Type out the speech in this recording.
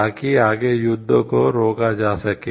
ताकि आगे युद्ध को रोका जा सके